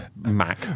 mac